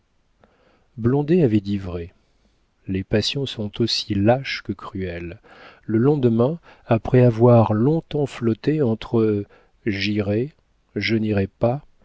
blondet avait dit vrai les passions sont aussi lâches que cruelles le lendemain après avoir longtemps flotté entre j'irai je n'irai pas